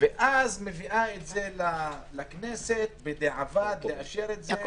ואז מביאה את זה לכנסת לאשר בדיעבד.